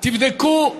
תבדקו,